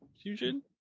fusion